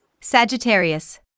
Sagittarius